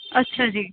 ਅੱਛਾ ਜੀ